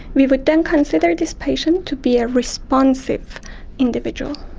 we would then consider this patient to be a responsive individual.